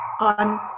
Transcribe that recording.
on